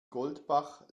goldbach